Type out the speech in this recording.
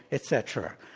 et cetera.